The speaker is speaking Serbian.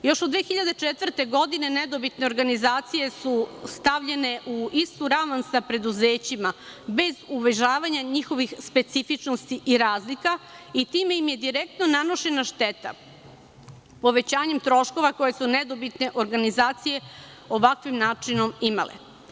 Još od 2004. godine nedobitne organizacije su stavljene u istu ravan sa preduzećima, bez uvažavanja njihovih specifičnosti i razlika i time im je direktno nanošena šteta povećanjem troškova, kojim su nedobitne organizacije ovakvim načinom imale.